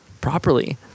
properly